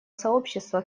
сообщества